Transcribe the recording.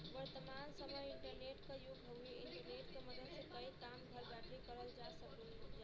वर्तमान समय इंटरनेट क युग हउवे इंटरनेट क मदद से कई काम घर बैठे बैठे करल जा सकल जाला